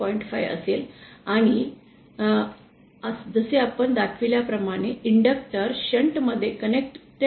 5 असेल आणि जसे आपण दाखविल्याप्रमाणे इंडक्टर् शंट मध्ये कनेक्ट करतो